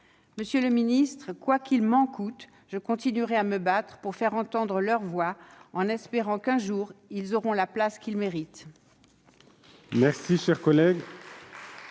Monsieur le ministre, quoi qu'il m'en coûte, je continuerai de me battre pour faire entendre leurs voix, en espérant que, un jour, ils auront la place qu'ils méritent.